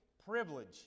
privilege